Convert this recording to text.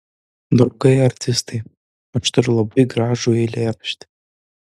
draugai artistai aš turiu labai gražų eilėraštį